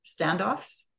standoffs